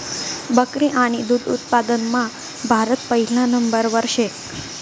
बकरी आणि दुध उत्पादनमा भारत पहिला नंबरवर शे